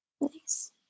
Nice